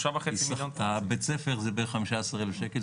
3,500,000. בית הספר זה בערך 15,000 שקלים,